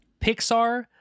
Pixar